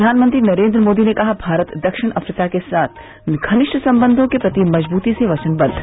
प्रधानमंत्री नरेन्द्र मोदी ने कहा भारत दक्षिण अफ्रीका के साथ घनिष्ठ संबंधों के प्रति मजबूती से वचनबद्द